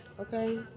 okay